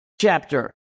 chapter